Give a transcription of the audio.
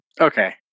Okay